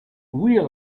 wheel